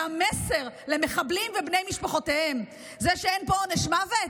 והמסר למחבלים ובני משפחותיהם: זה שאין פה עונש מוות,